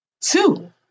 Two